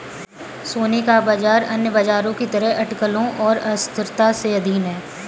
सोने का बाजार अन्य बाजारों की तरह अटकलों और अस्थिरता के अधीन है